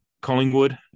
Collingwood